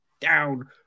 down